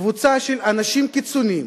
קבוצה של אנשים קיצוניים,